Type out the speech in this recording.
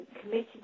committed